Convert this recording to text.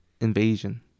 invasion